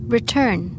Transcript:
Return